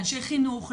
לאנשי חינוך,